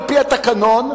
על-פי התקנון,